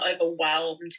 overwhelmed